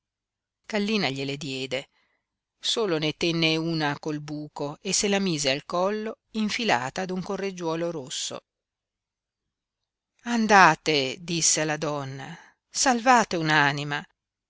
kallina gliele diede solo ne tenne una col buco e se la mise al collo infilata ad un correggiuolo rosso andate disse alla donna salvate